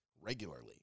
regularly